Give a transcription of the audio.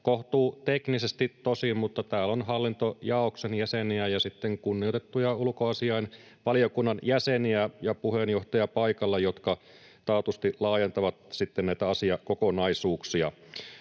kohtuuteknisesti tosin, mutta täällä on hallintojaoston jäseniä ja kunnioitettuja ulkoasiainvaliokunnan jäseniä ja puheenjohtaja paikalla, jotka taatusti laajentavat sitten näitä asiakokonaisuuksia.